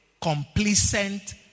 complacent